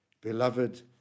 Beloved